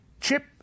Chip